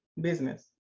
business